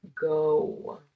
go